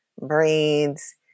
braids